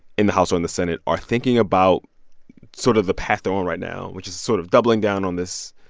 in the house or in the senate, are thinking about sort of the path they're on right now, which is sort of doubling down on this,